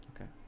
okay